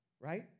right